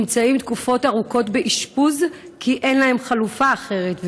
והם נמצאים תקופות ארוכות באשפוז כי אין להם חלופה אחרת.